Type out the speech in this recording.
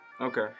Okay